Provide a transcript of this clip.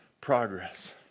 Progress